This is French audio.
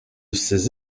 ces